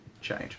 change